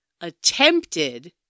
attempted